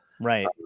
right